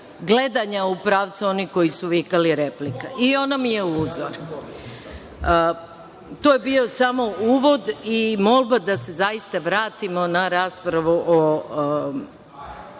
gledanja u pravcu onih koji su vikali replika. I, ona mi je uzor. To je bio samo uvod i mogli bi da se zaista vratimo na raspravu…